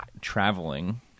traveling